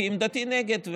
כי עמדתי נגד,